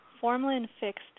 formalin-fixed